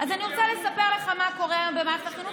אני רוצה לספר לך מה קורה היום במערכת החינוך,